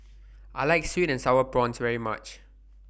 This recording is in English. I like Sweet and Sour Prawns very much